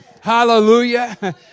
Hallelujah